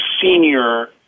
senior